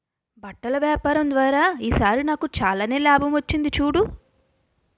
బట్టల వ్యాపారం ద్వారా ఈ సారి నాకు చాలానే లాభం వచ్చింది చూడు